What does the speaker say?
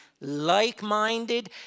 like-minded